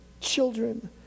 children